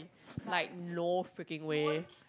like no freaking way